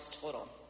total